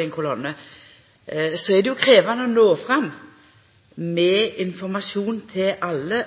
i kolonne, er det krevjande å nå fram med informasjon til alle.